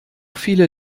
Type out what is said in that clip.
viele